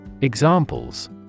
Examples